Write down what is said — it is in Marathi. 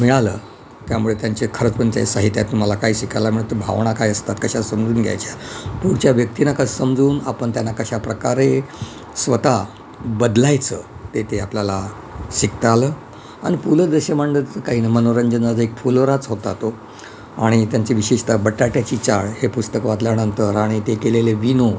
मिळालं त्यामुळे त्यांचे खरंच पण त्यांच्या साहित्यातून मला काय शिकायला मिळतं भावना काय असतात कशा समजून घ्यायच्या पुढच्या व्यक्तीना क समजून आपण त्यांना कशा प्रकारे स्वत बदलायचं ते ते आपल्याला शिकता आलं आणि पु लं देशपांडेचं काही नाही मनोरंजनाचा एक फुलोराच होता तो आणि त्यांची विशेषता बटाट्याची चाळ हे पुस्तक वाजल्यानंतर आणि ते केलेले विनोद